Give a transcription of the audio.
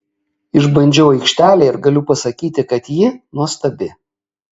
išbandžiau aikštelę ir galiu pasakyti kad ji nuostabi